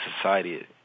society